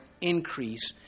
increase